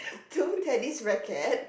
two tennis racket